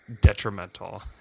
detrimental